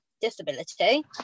disability